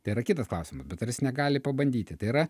tai yra kitas klausimas bet ar jis negali pabandyti tai yra